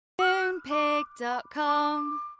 Moonpig.com